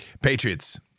Patriots